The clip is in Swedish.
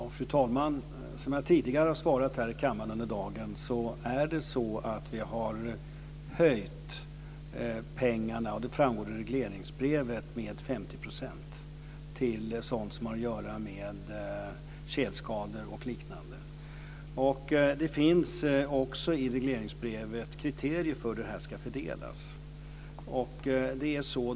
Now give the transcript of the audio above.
Fru talman! Som jag tidigare har svarat här i kammaren under dagen är det så att vi har höjt beloppet - det framgår i regleringsbrevet - med 50 % för sådant som har att göra med tjälskador och liknande. Det finns i regleringsbrevet också kriterier för hur det här ska fördelas.